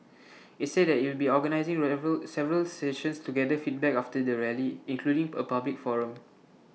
IT said that IT will be organising several sessions to gather feedback after the rally including A public forum